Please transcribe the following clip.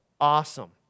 Awesome